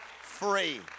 free